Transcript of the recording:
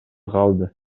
калды